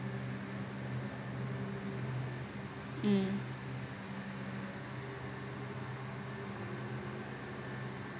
mm